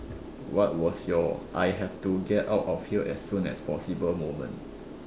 what was your I have to get out of here as soon as possible moment